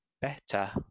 better